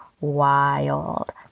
wild